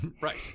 Right